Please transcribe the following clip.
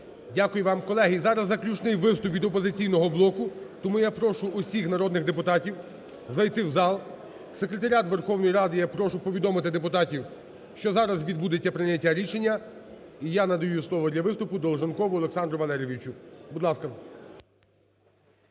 Дякую вам. Колеги, зараз заключний виступ від "Опозиційного блоку". Тому я прошу усіх народних депутатів зайти в зал, секретаріат Верховної Ради я прошу повідомити депутатів, що зараз відбудеться прийняття рішення. І я надаю слово для виступу Долженкову Олександру Валерійовичу. Будь ласка.